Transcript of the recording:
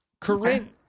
Corinne